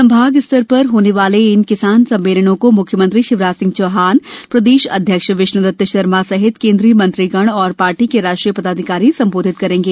संभाग स्तर पर होने वाले इन किसान सम्मेलनों को मुख्यमंत्री शिवराज सिंह चौहान प्रदेश अध्यक्ष विष्ण्दत शर्मा सहित केन्द्रीय मंत्रीगण और पार्टी के राष्ट्रीय पदाधिकारी संबोधित करेंगे